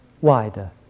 wider